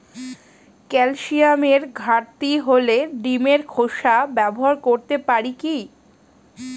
ক্যালসিয়ামের ঘাটতি হলে ডিমের খোসা ব্যবহার করতে পারি কি?